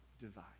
divide